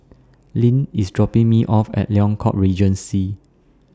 Leann IS dropping Me off At Liang Court Regency